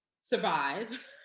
survive